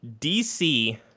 DC